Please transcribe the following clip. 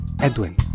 Edwin